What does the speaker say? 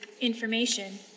information